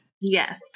Yes